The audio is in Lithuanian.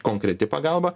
konkreti pagalba